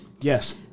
Yes